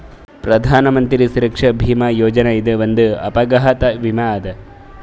ಪ್ರಧಾನ್ ಮಂತ್ರಿ ಸುರಕ್ಷಾ ಭೀಮಾ ಯೋಜನೆ ಇದು ಒಂದ್ ಅಪಘಾತ ವಿಮೆ ಅದ